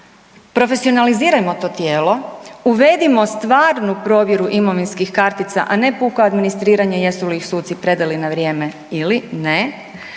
profesionalizirajmo to tijelo, uvedimo stvarnu provjeru imovinskih kartica, a ne puko administriranje jesu li ih suci predali na vrijeme ili ne.